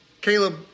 Caleb